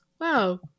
wow